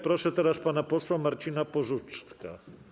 Proszę teraz pana posła Marcina Porzucka.